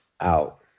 out